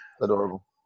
Adorable